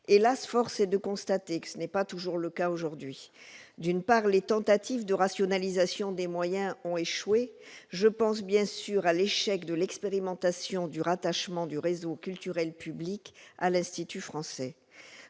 hélas !, de constater que tel n'est pas le cas aujourd'hui. D'une part, les tentatives de rationalisation des moyens ont échoué. Je pense bien sûr à l'échec de l'expérimentation du rattachement du réseau culturel public à l'Institut français.